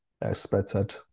expected